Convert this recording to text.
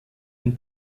ein